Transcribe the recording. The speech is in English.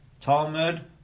talmud